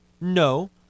No